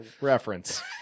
Reference